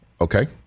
Okay